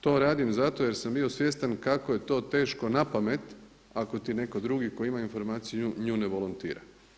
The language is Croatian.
To radim zato jer sam bio svjestan kako je to teško na pamet ako ti netko drugi koji ima informaciju nju ne volontira.